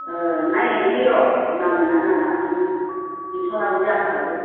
औ नायनोसै र' नांगोनना नाङा माने पेन्स'न आबो जानो हागौ